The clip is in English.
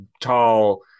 tall